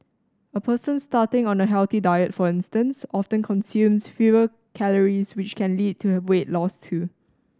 a person starting on a healthy diet for instance often consumes fewer calories which can lead to a weight loss too